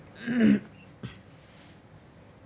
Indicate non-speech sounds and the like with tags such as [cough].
mm [breath]